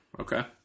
okay